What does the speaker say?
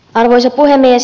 arvoisa puhemies